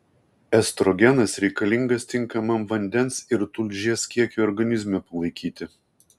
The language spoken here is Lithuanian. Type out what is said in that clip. estrogenas reikalingas tinkamam vandens ir tulžies kiekiui organizme palaikyti